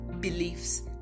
beliefs